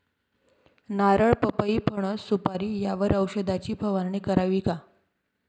नारळ, पपई, फणस, सुपारी यावर औषधाची फवारणी करावी का?